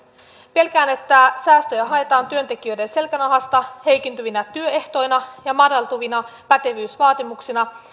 pelkään että säästöjä haetaan työntekijöiden selkänahasta heikentyvinä työehtoina ja madaltuvina pätevyysvaatimuksina